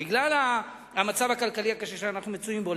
בגלל המצב הכלכלי הקשה שאנחנו מצויים בו.